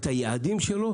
את היעדים שלו.